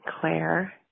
Claire